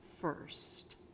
first